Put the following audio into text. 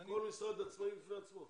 כל משרד עצמאי בפני עצמו.